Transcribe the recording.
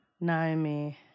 Naomi